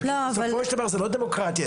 בסופו של דבר, זה לא דמוקרטיה.